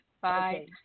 Bye